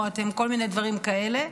או כל מיני דברים כאלה.